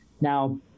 Now